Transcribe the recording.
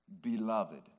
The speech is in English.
Beloved